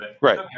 Right